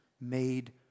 made